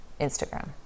Instagram